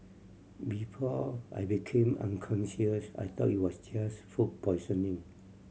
before I became unconscious I thought it was just food poisoning